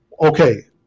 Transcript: Okay